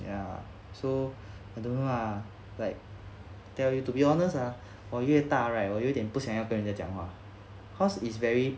ya so I don't know lah like tell you to be honest ah 我越大 right 我有点不想要跟人家讲话 cause is very